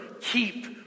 keep